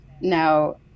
now